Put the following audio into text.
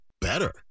better